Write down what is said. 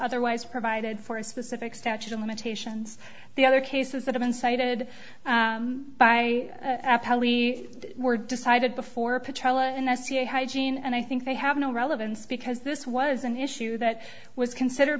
otherwise provided for a specific statute of limitations the other cases that have been cited by leave were decided before an s c hygene and i think they have no relevance because this was an issue that was considered